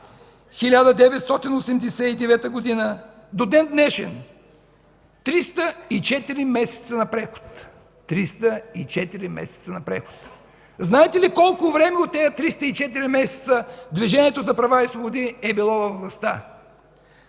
1989 г. до ден днешен – 304 месеца на преход. Триста и четири месеца на преход! Знаете ли колко време от тези 304 месеца Движението за права и свободи е било във властта?